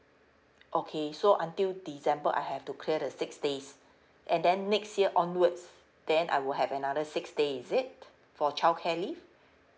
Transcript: okay so until december I have to clear the six days and then next year onwards then I will have another six day is it for childcare leave